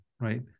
right